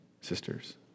sisters